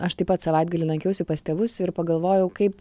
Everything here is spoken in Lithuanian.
aš taip pat savaitgalį lankiausi pas tėvus ir pagalvojau kaip